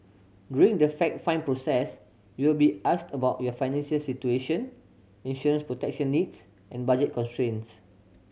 during the fact find process you will be asked about your financial situation insurance protection needs and budget constraints